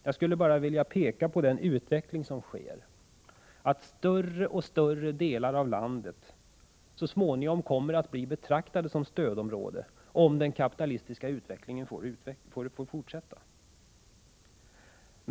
Jag skulle bara vilja peka på att större och större delar av landet så småningom kommer att bli betraktade som stödområden, om den kapitalistiska utvecklingen får fortsätta.